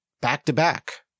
back-to-back